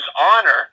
honor